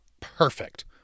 perfect